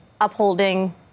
upholding